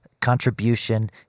contribution